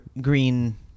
green